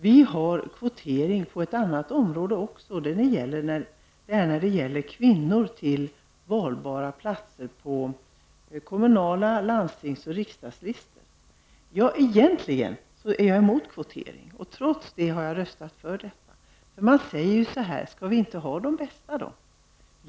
Vi föreslår kvotering också på ett annat område, nämligen när det gäller kvinnor på valbara platser på listor till kommunalval, landstingsval och riksdagsval. Egentligen är jag motståndare till kvotering, men trots det har jag röstat för sådan. Man säger så här: Skall vi inte välja de duktigaste personerna?